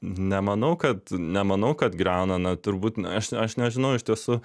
nemanau kad nemanau kad griauna na turbūt na aš aš nežinau iš tiesų